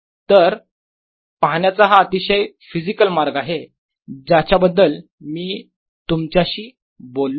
तर पाहण्याचा हा अतिशय फिजिकल मार्ग आहे ज्याच्याबद्दल मी तुमच्याशी बोललो आहे